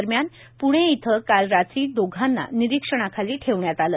दरम्यान प्णे इथं काल रात्री दोघांना निरीक्षणाखाली ठेवण्यात आले